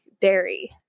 dairy